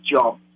job